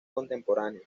contemporáneo